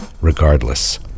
Regardless